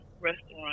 restaurant